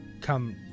come